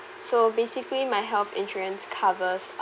so basically my health insurance covers